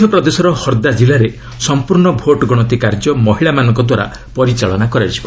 ମଧ୍ୟପ୍ରଦେଶର ହର୍ଦା ଜିଲ୍ଲାରେ ସଂପୂର୍ଣ୍ଣ ଭୋଟ୍ ଗଣତି କାର୍ଯ୍ୟ ମହିଳାମାନଙ୍କ ଦ୍ୱାରା ପରିଚାଳନା କରାଯିବ